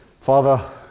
Father